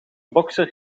bokser